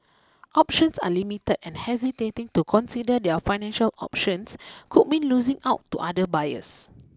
options are limited and hesitating to consider their financial options could mean losing out to other buyers